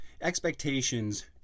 expectations